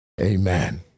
Amen